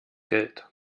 geld